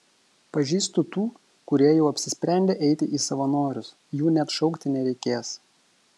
pažįstu tų kurie jau apsisprendę eiti į savanorius jų net šaukti nereikės